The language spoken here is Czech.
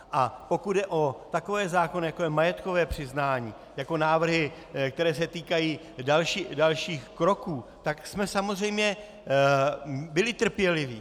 A pokud jde o takové zákony, jako je majetkové přiznání, jako návrhy, které se týkají dalších kroků, tak jsme samozřejmě byli trpěliví.